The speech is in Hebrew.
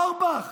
אורבך,